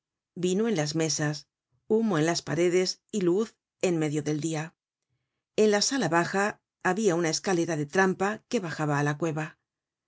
vino en las mesas humo en las paredes y luz en medio del dia en la sala baja habia una escalera de trampa que bajaba á la cueva